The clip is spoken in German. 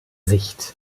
sicht